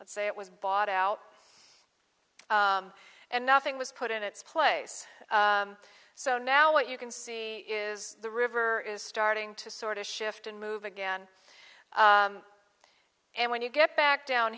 let's say it was bought out and nothing was put in its place so now what you can see is the river is starting to sort of shift and move again and when you get back down